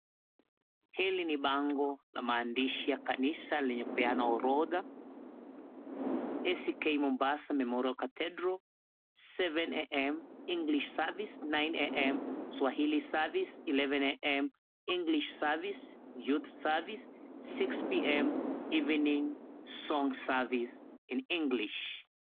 Hii ni bango na maandishi ya kanisa lililopeana orodha, "A.C.K Mombasa Lumuru Cathedral, 7:00am English Service, 9:00am Swahili Service, 11:00am English Service, Youths Service 6:00pm ,Evening Song Service in English."